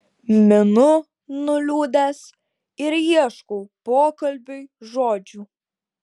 minu nuliūdęs ir ieškau pokalbiui žodžių